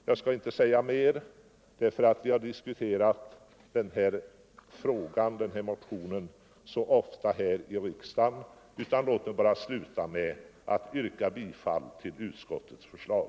Jag skall inte säga mer, för vi har diskuterat det här motionsyrkandet så ofta här i riksdagen, utan jag slutar med att yrka bifall till utskottets förslag.